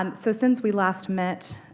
um so since we last met,